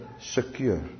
secure